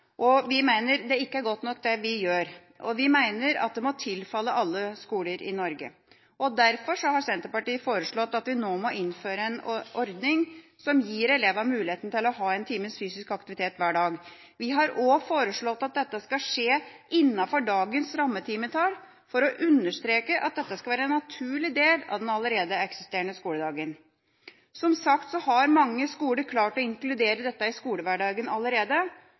og vi mener det vi gjør, ikke er godt nok. Vi mener at det må tilfalle alle skoler i Norge. Derfor har Senterpartiet foreslått at vi nå må innføre en ordning som gir elevene mulighet til å ha en times fysisk aktivitet hver dag. Vi har også foreslått at dette skal skje innenfor dagens rammetimetall for å understreke at dette skal være en naturlig del av den allerede eksisterende skoledagen. Som sagt har mange skoler klart å inkludere dette i skolehverdagen allerede.